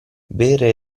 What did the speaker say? bere